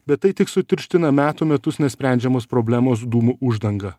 bet tai tik sutirština metų metus nesprendžiamos problemos dūmų uždanga